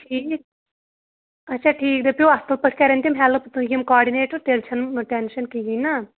ٹھیٖک اچھا ٹھیٖک دٔپِو اَصٕل پٲٹھۍ کَرَن تِم ہٮ۪لٕپ یِم کاڈنیٹَر تیٚلہِ چھُنہٕ ٹٮ۪نشَن کِہیٖنۍ نا